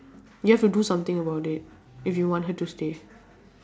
you have to do something about it if you want her to stay